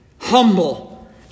humble